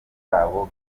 kabo